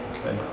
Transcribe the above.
Okay